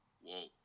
Whoa